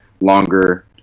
longer